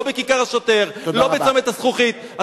לא בכיכר-השוטר, לא בצומת-הזכוכית.